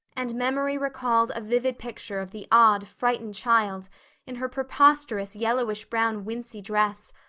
and memory recalled a vivid picture of the odd, frightened child in her preposterous yellowish-brown wincey dress,